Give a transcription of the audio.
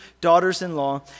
daughters-in-law